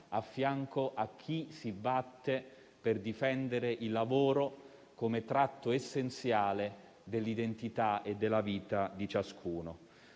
a fianco a chi si batte per difendere il lavoro come tratto essenziale dell'identità e della vita di ciascuno.